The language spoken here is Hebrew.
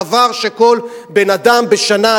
זה דבר שכל בן-אדם בשנה,